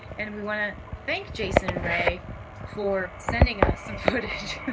and we wanna thank jason and rae for sending us some footage.